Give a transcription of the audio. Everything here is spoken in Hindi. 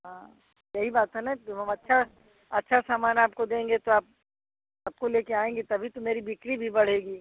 हाँ सही बात है ना जब हम अच्छा अच्छा सामान आपको देंगे तो आप सबको लेकर आएँगी तभी तो मेरी बिक्री भी बढ़ेगी